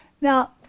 Now